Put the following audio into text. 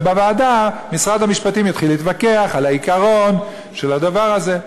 ובוועדה משרד המשפטים יתחיל להתווכח על העיקרון של הדבר הזה.